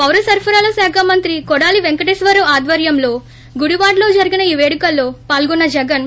పౌరసరఫరాలశాఖ మంత్రి కోడాలి వెంకటేశ్వరరావు అధ్వర్యంలో గుడివాడలో జరిగిన ఈ పేడుకల్లో పాల్గొన్న జగన్